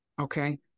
okay